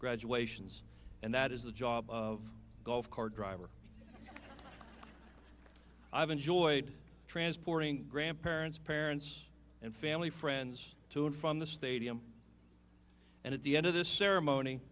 graduations and that is the job of golf cart driver i've enjoyed transporting grandparents parents and family friends to and from the stadium and at the end of this ceremony